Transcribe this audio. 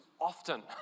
often